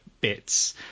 bits